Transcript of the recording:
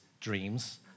dreams